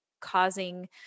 causing